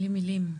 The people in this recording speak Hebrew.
מילים.